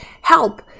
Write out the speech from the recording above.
help